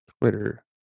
Twitter